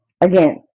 Again